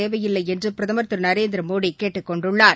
தேவையில்லைஎன்றுபிரதமர் திருநரேந்திரமோடிகேட்டுக் கொண்டுள்ளார்